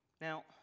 Now